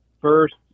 first